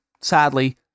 sadly